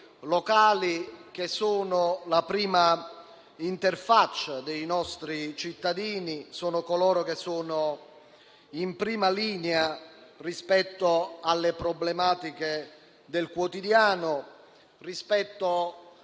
locali, che sono la prima interfaccia dei nostri cittadini, coloro che sono in prima linea rispetto alle problematiche del quotidiano e